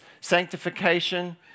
sanctification